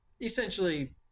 essentially